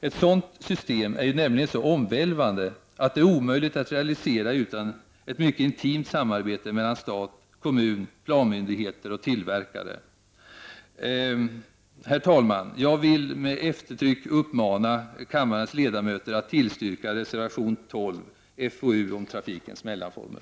Ett sådant system är nämligen så omvälvande att det är omöjligt att realisera utan ett mycket intimt samarbete mellan stat, kommun, planmyndigheter och tillverkare. Herr talman! Jag vill med eftertryck uppmana kammarens ledamöter att tillstyrka reservation 12, som gäller FOU om trafikens mellanformer.